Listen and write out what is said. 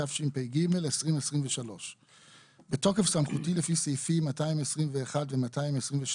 התשפ"ג-2023 בתוקף סמכותי לפי סעיפים 221 ו- 222,